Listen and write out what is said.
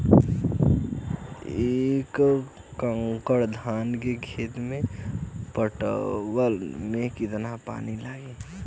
एक एकड़ धान के खेत के पटवन मे कितना पानी लागि?